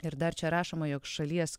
ir dar čia rašoma jog šalies